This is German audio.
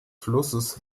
flusses